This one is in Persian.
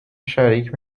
شریک